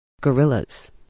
Gorillas